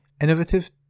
innovative